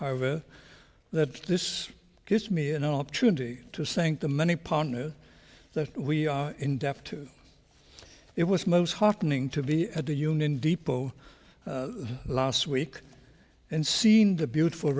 that this gives me an opportunity to sink the many partners that we are in death to it was most heartening to be at the union depot last week and seeing the beautiful